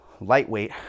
lightweight